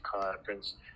conference